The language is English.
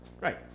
Right